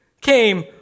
came